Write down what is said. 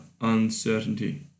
uncertainty